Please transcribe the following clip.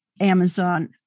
Amazon